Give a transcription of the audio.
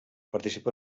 participa